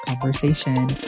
conversation